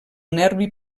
nervi